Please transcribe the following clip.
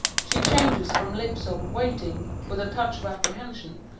she changes from lips of waiting, with a touch of apprehension,